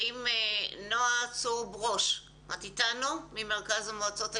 האם נמצאת אתנו נועה צור ברוש ממרכז המועצות האזוריות?